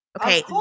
Okay